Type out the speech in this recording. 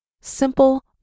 simple